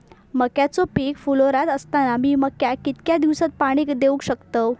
मक्याचो पीक फुलोऱ्यात असताना मी मक्याक कितक्या दिवसात पाणी देऊक शकताव?